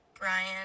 Brian